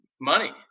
Money